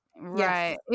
Right